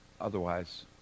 Otherwise